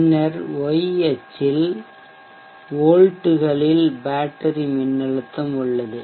பின்னர் y அச்சில் வோல்ட்டுகளில் பேட்டரி மின்னழுத்தம் உள்ளது